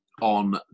on